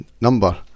number